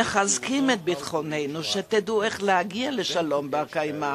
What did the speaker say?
מחזקים את ביטחוננו שתדעו איך להגיע לשלום בר-קיימא.